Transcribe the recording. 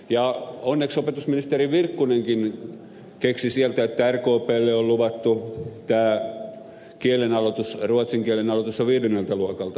onneksi opetusministeri virkkunenkin keksi sieltä että rkplle on luvattu ruotsin kielen aloitus jo viidenneltä luokalta